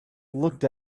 looked